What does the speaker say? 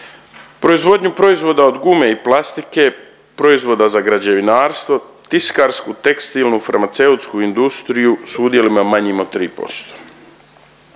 proizvodnju proizvoda od gume i plastike, proizvoda za građevinarstvo, tiskarsku, tekstilnu, farmaceutsku industriju s udjelima manjim od 3%.